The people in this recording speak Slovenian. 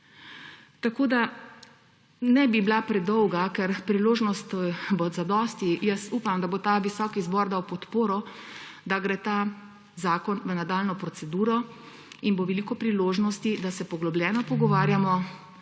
sistem. Ne bi bila predolga, ker priložnosti bo dovolj. Jaz upam, da bo ta visoki zbor dal podporo, da gre ta zakon v nadaljnjo proceduro in bo veliko priložnosti, da se poglobljeno pogovarjamo